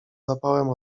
zapałem